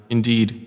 Indeed